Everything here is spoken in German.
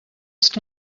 ist